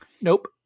Nope